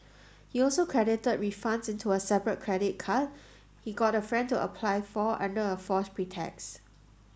he also credited refunds into a separate credit card he got a friend to apply for under a false pretext